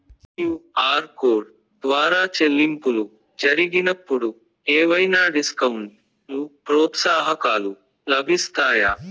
QR code ద్వారా చెల్లింపులు జరిగినప్పుడు ఏవైనా డిస్కౌంట్ లు, ప్రోత్సాహకాలు లభిస్తాయా?